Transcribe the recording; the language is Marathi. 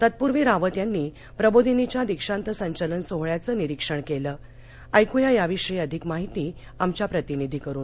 तत्पूर्वी रावत यांनी प्रबोधिनीच्या दीक्षांत संचलन सोहळ्याचं निरीक्षण केल ऐकूया याविषयी ची अधिक माहिती आमच्या प्रतिनिधि कडून